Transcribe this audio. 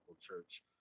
church